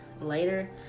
later